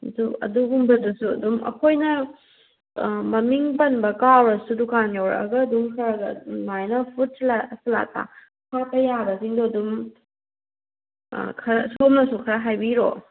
ꯑꯗꯨ ꯑꯗꯨꯒꯨꯝꯕꯗꯨꯁꯨ ꯑꯗꯨꯝ ꯑꯩꯈꯣꯏꯅ ꯃꯃꯤꯡ ꯄꯟꯕ ꯀꯥꯎꯔꯁꯨ ꯗꯨꯀꯥꯟ ꯌꯧꯔꯛꯑꯒ ꯑꯗꯨꯝ ꯑꯗꯨꯃꯥꯏꯅ ꯐ꯭ꯔꯨꯠ ꯁꯂꯥꯗꯇ ꯍꯥꯞꯄ ꯌꯥꯕ ꯈꯔ ꯁꯣꯝꯅꯁꯨ ꯈꯔ ꯍꯥꯏꯕꯤꯔꯛꯑꯣ